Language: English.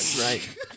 right